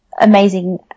amazing